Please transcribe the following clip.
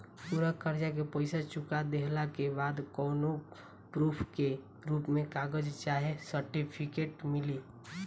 पूरा कर्जा के पईसा चुका देहला के बाद कौनो प्रूफ के रूप में कागज चाहे सर्टिफिकेट मिली?